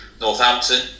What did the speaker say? Northampton